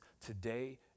today